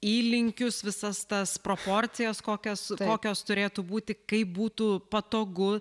įlinkius visas tas proporcijas kokios kokios turėtų būti kaip būtų patogu